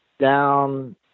down